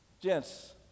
Gents